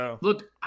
Look